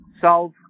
solve